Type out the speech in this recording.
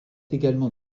également